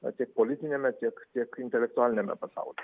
na tiek politiniame tiek tiek intelektualiniame pasaulyje